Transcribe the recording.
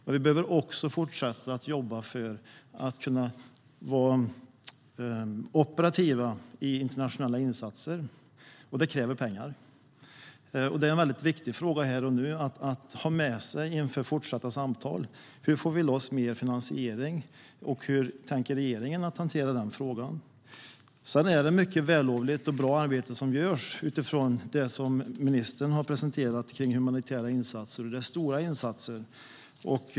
Men vi behöver också fortsätta att jobba för att kunna vara operativa i internationella insatser, och det kräver pengar. Det är en väldigt viktig fråga här och nu att ha med sig inför fortsatta samtal. Hur får vi loss mer finansiering, och hur tänker regeringen hantera den frågan? Sedan är det mycket vällovligt och bra arbete som görs utifrån det som ministern har presenterat kring humanitära insatser. Det är stora insatser.